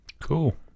Cool